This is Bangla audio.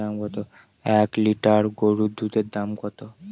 এক লিটার গরুর দুধের দাম কত?